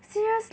seriously eh